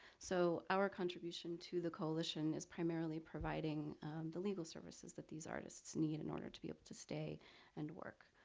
so our contribution to the coalition is primarily providing the legal services that these artists need in order to be able to stay and work.